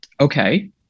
Okay